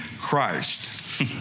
Christ